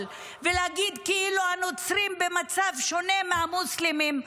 ולהגיד כאילו הנוצרים במצב שונה מהמוסלמים,